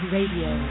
Radio